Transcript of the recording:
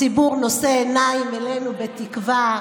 הציבור נושא עיניים אלינו בתקווה.